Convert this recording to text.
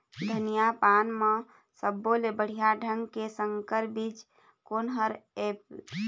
धनिया पान म सब्बो ले बढ़िया ढंग के संकर बीज कोन हर ऐप?